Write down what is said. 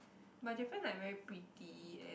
but Japan like very pretty and